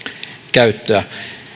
käyttöä